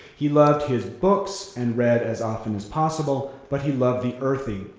he loved his books and read as often as possible, but he loved the earthy,